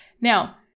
now